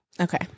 Okay